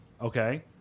Okay